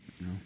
No